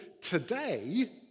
today